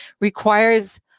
requires